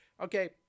okay